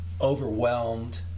overwhelmed